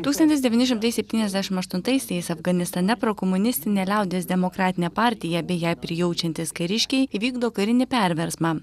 tūkstantis devyni šimtai septyniasdešimt aštuntaisiais afganistane prokomunistinė liaudies demokratinė partija bei jai prijaučiantys kariškiai įvykdo karinį perversmą